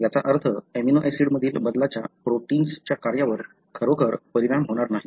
याचा अर्थ amino acid मधील बदलाचा प्रोटिन्सच्या कार्यावर खरोखर परिणाम होणार नाही